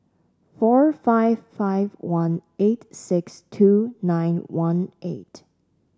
four five five one eight six two nine one eight